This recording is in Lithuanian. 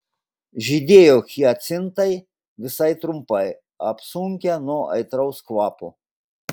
žydėjo hiacintai visai trumpai apsunkę nuo aitraus kvapo